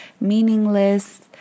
meaningless